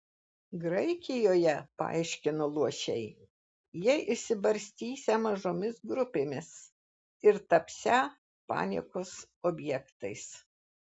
graikijoje paaiškino luošiai jie išsibarstysią mažomis grupėmis ir tapsią paniekos objektais